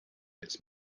its